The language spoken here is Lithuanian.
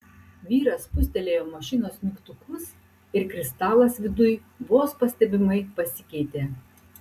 vyras spustelėjo mašinos mygtukus ir kristalas viduj vos pastebimai pasikeitė